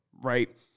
right